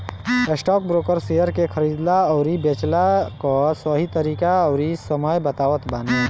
stockbroker share के खरीदला अउरी बेचला कअ सही तरीका अउरी समय बतावत बाने